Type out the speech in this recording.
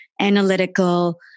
analytical